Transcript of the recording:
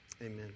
Amen